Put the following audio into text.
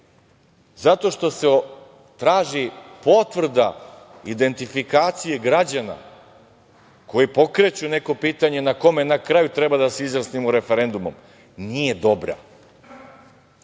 zato što se traži potvrda indentifikacije građana koji pokreću neko pitanje na kome na kraju treba da se izjasnimo referendumom, nije dobra.